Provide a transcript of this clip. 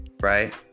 right